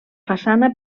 façana